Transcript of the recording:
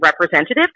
representative